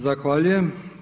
Zahvaljujem.